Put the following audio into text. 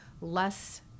less